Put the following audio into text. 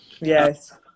Yes